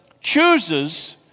chooses